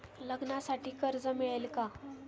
लग्नासाठी कर्ज मिळेल का?